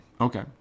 Okay